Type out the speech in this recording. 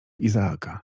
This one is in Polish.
izaaka